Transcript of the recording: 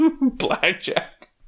blackjack